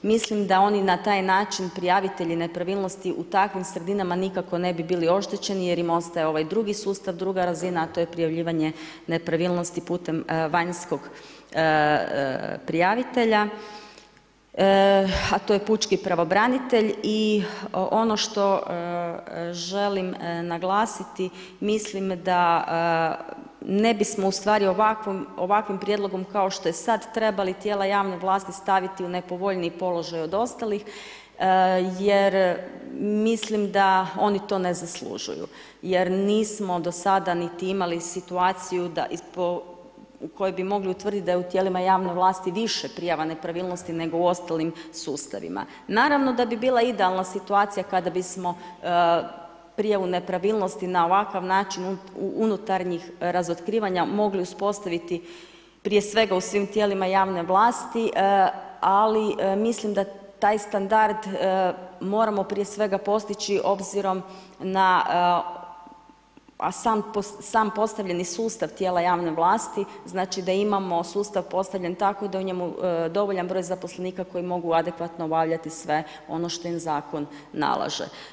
Mislim da oni na taj način prijavitelji nepravilnosti u takvim sredinama nikako ne bi bili oštećeni jer im ostaje ovaj drugi sustav, druga razina a to je prijavljivanje nepravilnosti putem vanjskog prijavitelja a to je pučki pravobranitelj i ono što želim naglasiti, mislim da ne bismo ustvari ovakvim prijedlogom kao što je sad, trebali tijela javne vlasti staviti u nepovoljniji položaj od ostalih jer mislim da oni to ne zaslužuju jer nismo do sada niti imali situaciju da koju bi mogli utvrditi da je u tijelima javne vlasti više prijava nepravilnosti nego u ostalim sustavima, naravno da bi bila idealna situacija kada bismo prijavu nepravilnosti na ovakav način unutarnjih razotkrivanja mogli uspostaviti prije svega u svim tijelima javne vlasti ali mislim da taj standard moramo prije svega postići obzirom na sam postavljeni sustav tijela javne vlasti, znači da imamo sustav postavljen tako da je u njemu dovoljan broj zaposlenika koji mogu adekvatno obavljati sve ono što im zakon nalaže.